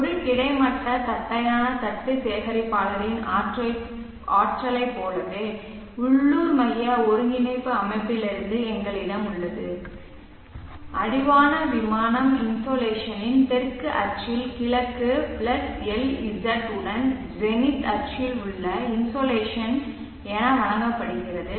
ஒரு கிடைமட்ட தட்டையான தட்டு சேகரிப்பாளரின் ஆற்றலைப் போலவே உள்ளூர் மைய ஒருங்கிணைப்பு அமைப்பிலிருந்து எங்களிடம் உள்ளது அடிவான விமானம் இன்சோலேஷனின் தெற்கு அச்சில் கிழக்கு LZ உடன் ஜெனித் அச்சில் உள்ள இன்சோலேஷன் என வழங்கப்படுகிறது